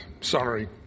Sorry